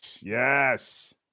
Yes